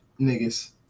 niggas